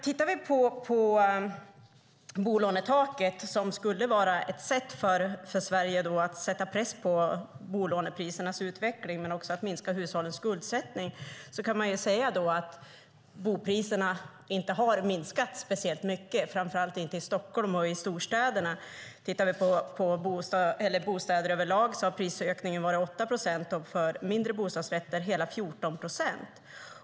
Vi kan titta på bolånetaket, som skulle vara ett sätt för Sverige att sätta press på prisernas utveckling. Men det handlade också om att minska hushållens skuldsättning. Man kan då säga att bopriserna inte har minskat speciellt mycket, framför allt inte i Stockholm och i storstäderna. När det gäller bostäder över lag har prisökningen varit 8 procent. För mindre bostadsrätter har den varit hela 14 procent.